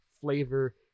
flavor